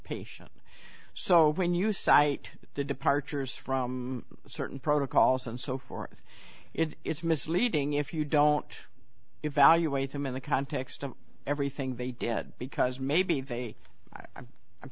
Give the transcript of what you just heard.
patient so when you cite the departures from certain protocols and so forth it's misleading if you don't evaluate them in the context of everything they did because maybe they i